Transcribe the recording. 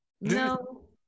No